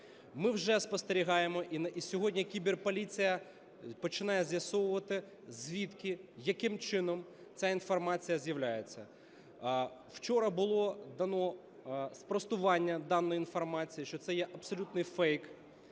Ми вже спостерігаємо, і сьогодні кіберполіція починає з'ясовувати звідки, яким чином ця інформація з'являється. Вчора було дано спростування даної інформації, що це є абсолютний фейк.